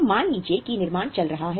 तो मान लीजिए कि निर्माण चल रहा है